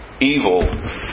Evil